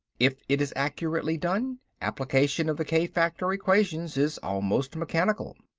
if it is accurately done, application of the k-factor equations is almost mechanical.